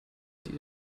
die